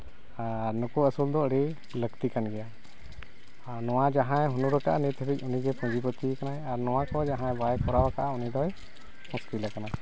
ᱟᱨ ᱱᱩᱠᱩ ᱟᱹᱥᱩᱞ ᱫᱚ ᱟᱹᱰᱤ ᱞᱟᱹᱠᱛᱤ ᱠᱟᱱ ᱜᱮᱭᱟ ᱟᱨ ᱱᱚᱣᱟ ᱡᱟᱦᱟᱸᱭ ᱦᱩᱱᱟᱹᱨ ᱟᱠᱟᱜᱼᱟ ᱱᱤᱛ ᱫᱷᱟᱹᱨᱤᱡ ᱩᱱᱤᱜᱮ ᱯᱩᱸᱡᱤᱯᱩᱛᱤ ᱟᱠᱟᱱᱟᱭ ᱟᱨ ᱱᱚᱣᱟ ᱠᱚ ᱡᱟᱦᱟᱸᱭ ᱵᱟᱭ ᱠᱚᱨᱟᱣ ᱟᱠᱟᱜᱼᱟ ᱩᱱᱤᱫᱚᱭ ᱢᱩᱥᱠᱤᱞ ᱟᱠᱟᱱᱟ